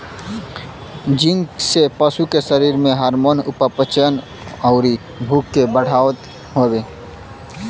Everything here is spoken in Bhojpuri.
जिंक से पशु के शरीर में हार्मोन, उपापचयन, अउरी भूख के बढ़ावत हवे